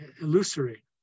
illusory